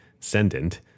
Sendent